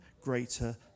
greater